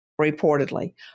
reportedly